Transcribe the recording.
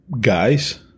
guys